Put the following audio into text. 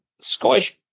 Scottish